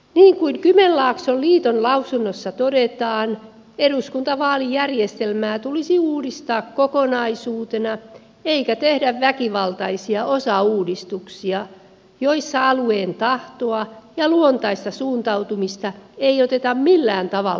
niin kuin kymenlaakson liiton lausunnossa todetaan eduskuntavaalijärjestelmää tulisi uudistaa kokonaisuutena eikä tehdä väkivaltaisia osauudistuksia joissa alueen tahtoa ja luontaista suuntautumista ei oteta millään tavalla huomioon